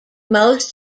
most